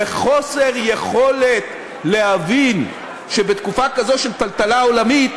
וחוסר יכולת להבין שבתקופה כזו של טלטלה עולמית